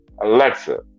Alexa